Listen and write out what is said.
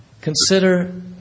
consider